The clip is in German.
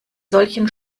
solchen